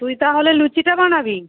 তুই তাহলে লুচিটা বানাবি